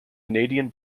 canadian